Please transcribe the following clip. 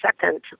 second